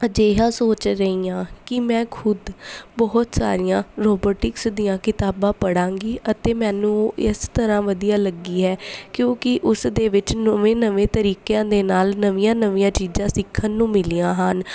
ਅਜਿਹਾ ਸੋਚ ਰਹੀ ਹਾਂ ਕਿ ਮੈਂ ਖੁਦ ਬਹੁਤ ਸਾਰੀਆਂ ਰੋਬੋਟਿਕਸ ਦੀਆਂ ਕਿਤਾਬਾਂ ਪੜ੍ਹਾਂਗੀ ਅਤੇ ਮੈਨੂੰ ਇਸ ਤਰ੍ਹਾਂ ਵਧੀਆ ਲੱਗੀ ਹੈ ਕਿਉਂਕਿ ਉਸ ਦੇ ਵਿੱਚ ਨਵੇਂ ਨਵੇਂ ਤਰੀਕਿਆਂ ਦੇ ਨਾਲ ਨਵੀਆਂ ਨਵੀਆਂ ਚੀਜ਼ਾਂ ਸਿੱਖਣ ਨੂੰ ਮਿਲੀਆਂ ਹਨ